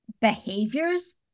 behaviors